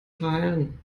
verheilen